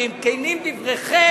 ואם כנים דבריכם,